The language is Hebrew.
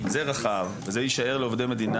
זה רחב וזה יישאר לעובדי מדינה.